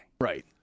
Right